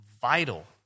vital